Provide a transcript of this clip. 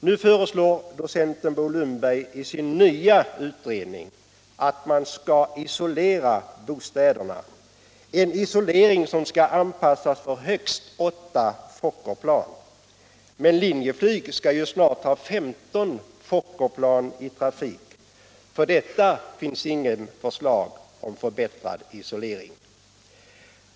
Nu föreslår docent Bo Lundberg i sin nya utredning att man skall isolera bostäderna — en isolering som skall anpassas till trafik med högst åtta Fokkerplan. Men Linjeflyg har snart 15 Fokkerplan i trafik. För denna situation finns inget förslag om förbättrad isolering.